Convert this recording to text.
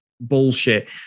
Bullshit